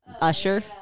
usher